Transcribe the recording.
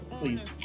please